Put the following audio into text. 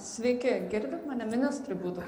sveiki girdit mane ministrui būtų